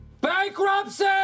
bankruptcy